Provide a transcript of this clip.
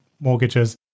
mortgages